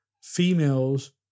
females